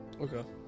Okay